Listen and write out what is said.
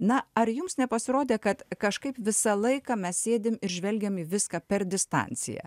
na ar jums nepasirodė kad kažkaip visą laiką mes sėdim ir žvelgiam į viską per distanciją